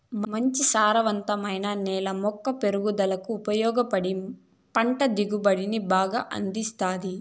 మంచి సారవంతమైన నేల మొక్క పెరుగుదలకు ఉపయోగపడి పంట దిగుబడిని బాగా అందిస్తాది